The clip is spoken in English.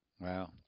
Wow